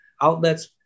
outlets